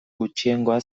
gutxiengoa